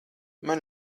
man